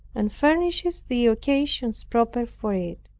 and furnishes the occasions proper for it.